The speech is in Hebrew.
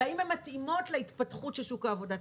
והאם הן מתאימות להתפתחות של שוק העבודה.